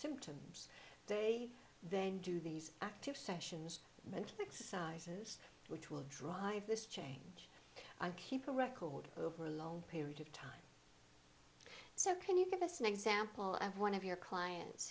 symptoms they then do these active sessions mental exercises which will drive this change and keep a record over a long period of time so can you give us an example of one of your clients